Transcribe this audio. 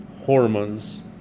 hormones